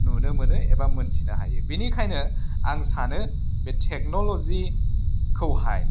नुनो मोनो एबा मोन्थिनो हायो बिनिखायनो आं सानो बे टेक्न'ल'जिखौहाय